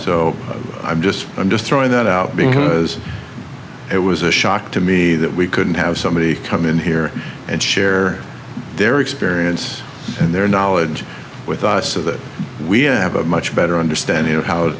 so i'm just i'm just throwing that out because it was a shock to me that we couldn't have somebody come in here and share their experience and their knowledge with us so that we have a much better understanding of how